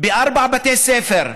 ארבעה בתי ספר.